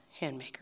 Handmaker